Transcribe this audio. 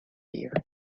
here